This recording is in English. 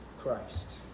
Christ